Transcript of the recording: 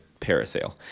parasail